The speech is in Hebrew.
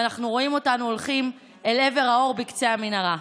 ואנחנו רואים אותנו הולכים אל עבר האור בקצה המנהרה.